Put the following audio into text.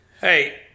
Hey